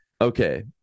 okay